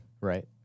right